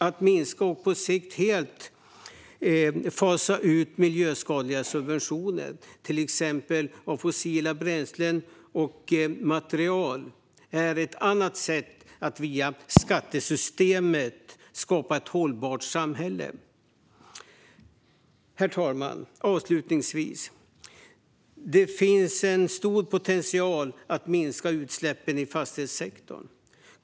Att minska och på sikt helt fasa ut miljöskadliga subventioner, till exempel av fossila bränslen och material, är ett annat sätt att via skattesystemet skapa ett hållbart samhälle. Herr talman! Det finns en stor potential att minska utsläppen i fastighetssektorn.